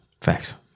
Facts